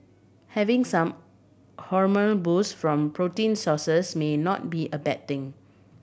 having some hormonal boost from protein sources may not be a bad thing